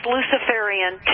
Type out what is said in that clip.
Luciferian